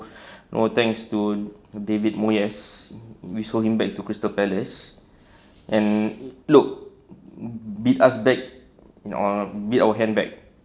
no thanks to david moyes we sold him back to crystal palace and look bit us back um bit our hand back